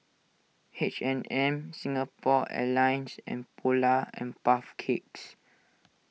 H and M Singapore Airlines and Polar and Puff Cakes